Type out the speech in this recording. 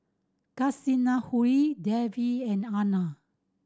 Kasinadhuni Dev and Anand